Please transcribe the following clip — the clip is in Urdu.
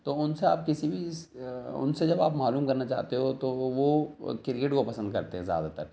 تو ان سے آپ کسی بھی ان سے جب آپ معلوم کرنا چاہتے ہو تو وہ کرکٹ کو پسند کرتے ہیں زیادہ تر